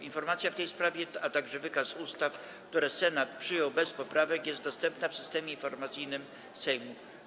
Informacja w tej sprawie, a także wykaz ustaw, które Senat przyjął bez poprawek, są dostępne w Systemie Informacyjnym Sejmu.